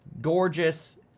gorgeous